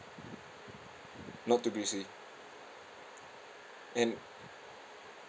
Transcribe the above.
not too greasy and